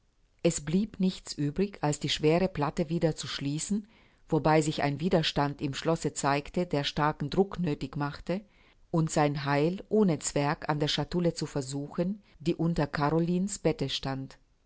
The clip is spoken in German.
es blieb nichts übrig als die schwere platte wieder zu schließen wobei sich ein widerstand im schlosse zeigte der starken druck nöthig machte und sein heil ohne zwerg an der chatoulle zu versuchen die unter carolinens bette stand